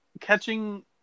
catching